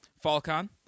Falcon